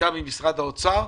שהייתה ממשרד האוצר.